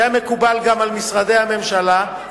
שהיה מקובל גם על משרדי הממשלה,